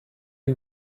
you